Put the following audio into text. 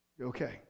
Okay